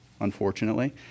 unfortunately